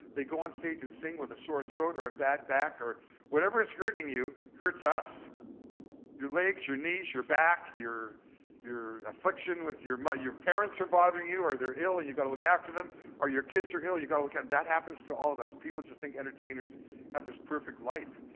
they go on stage and sing with a sore throat, or a bad back, or whatever is hurting you, hurts us. rb your legs, your knees, your back, your your affliction with your. but your parents are bothering you or they're ill. and you gotta look after them or your kids are ill, you gotta look after. um that happens to all of us. people just think entertainers have this perfect life.